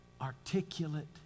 articulate